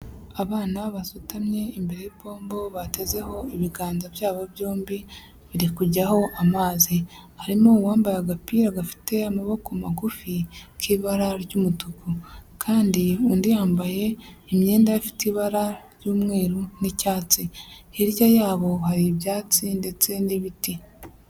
Abana basutamye imbere y'ipombo batezeho ibiganza byabo byombi, biri kujyaho amazi, harimo uwambaye agapira gafite amaboko magufi k'ibara ry'umutuku kandi undi yambaye imyenda ifite ibara ry'umweru n'icyatsi, hirya yabo hari ibyatsi ndetse n'ibiti.